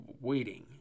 waiting